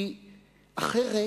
כי אחרת